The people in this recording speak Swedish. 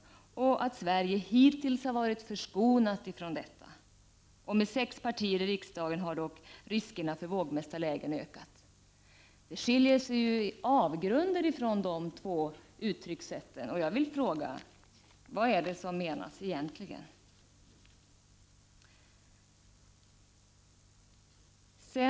Sverige har hittills varit förskonat från detta. Med sex partier i riksdagen har dock riskerna för vågmästarlägen ökat.” Det ligger avgrunder mellan de två uttryckssätten. Jag vill därför fråga: Vad menas egentligen?